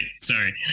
Sorry